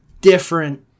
different